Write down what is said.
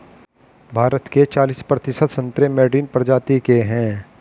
भारत के चालिस प्रतिशत संतरे मैडरीन प्रजाति के हैं